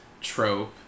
trope